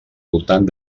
voltant